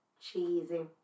cheesy